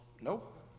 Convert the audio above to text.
Nope